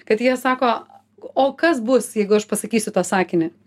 kad jie sako o kas bus jeigu aš pasakysiu tą sakinį